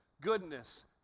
goodness